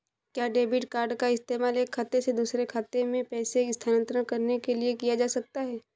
क्या debit card का इस्तेमाल एक खाते से दूसरे खाते में पैसे स्थानांतरण करने के लिए किया जा सकता है?